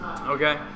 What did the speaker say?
Okay